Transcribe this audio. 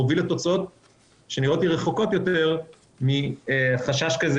מוביל לתוצאות שנראות לי רחוקות יותר מחשש כזה,